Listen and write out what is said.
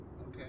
Okay